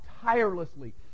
tirelessly